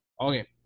Okay